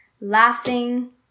laughing